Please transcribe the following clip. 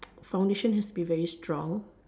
foundation has been very strong